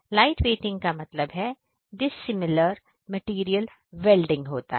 lightweighting का मतलब है कि डिसिमिलर मैटेरियल वेल्डिंग होता है